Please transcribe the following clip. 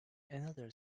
another